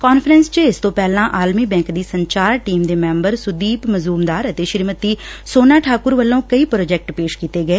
conference ਚ ਇਸ ਤੋ ਪਹਿਲਾਂ ਆਲਮੀ ਬੈਕ ਦੀ ਸੰਚਾਰ ਟੀਮ ਦੇ ਮੈਬਰ ਸੁਦੀਪ ਮਚੁਮਦਾਰ ਅਤੇ ਸ੍ਰੀਮਤੀ ਸੋਨਾ ਠਾਕੁਰ ਵਲੋਂ ਕਈ ਪ੍ਰੋਜੈਕਟ ਪੇਸ਼ ਕੀਤੇ ਗਏ